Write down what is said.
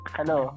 Hello